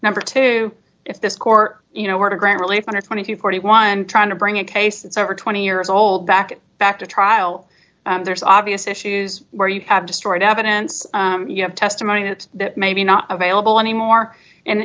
number two if this court you know were to grant relief under twenty to forty one trying to bring a case it's over twenty years old back back to trial there's obvious issues where you have destroyed evidence you have testimony that may be not available anymore and